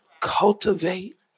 Cultivate